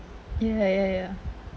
ya ya ya